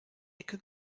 ecke